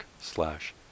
slash